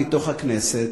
מתוך הכנסת,